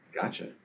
gotcha